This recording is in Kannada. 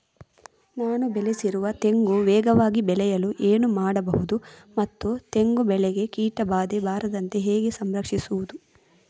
ನಾನು ಬೆಳೆಸಿರುವ ತೆಂಗು ವೇಗವಾಗಿ ಬೆಳೆಯಲು ಏನು ಮಾಡಬಹುದು ಮತ್ತು ತೆಂಗು ಬೆಳೆಗೆ ಕೀಟಬಾಧೆ ಬಾರದಂತೆ ಹೇಗೆ ಸಂರಕ್ಷಿಸುವುದು?